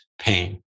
pain